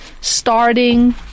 starting